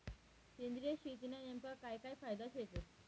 सेंद्रिय शेतीना नेमका काय काय फायदा शेतस?